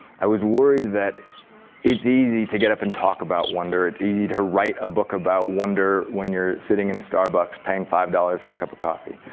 i was worried that it's easy to get up and talk about wonder. it's easy to write a book about wonder when you're sitting in a starbucks paying five dollars for a cup of coffee.